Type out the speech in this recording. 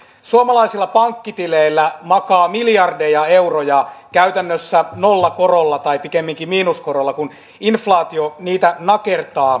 suomalaisilla pankkitileillä makaa miljardeja euroja käytännössä nollakorolla tai pikemminkin miinuskorolla kun inflaatio niitä nakertaa